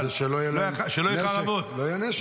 כדי שלא יהיה להם נשק.